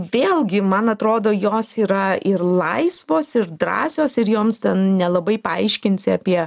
vėlgi man atrodo jos yra ir laisvos ir drąsios ir joms ten nelabai paaiškinsi apie